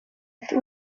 ati